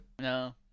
No